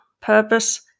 purpose